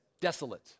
Desolate